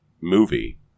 movie